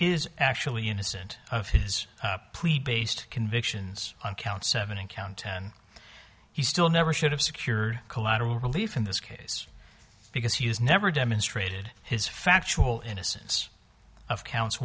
is actually innocent of his plea based convictions on count seven and count ten he still never should have secured collateral relief in this case because he has never demonstrated his factual innocence of counts